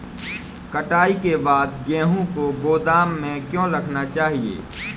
कटाई के बाद गेहूँ को गोदाम में क्यो रखना चाहिए?